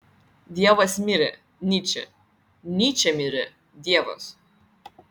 dievas mirė nyčė nyčė mirė dievas